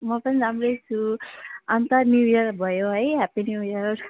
म पनि राम्रै छु अन्त न्यु इयर भयो है ह्यापी न्यु इयर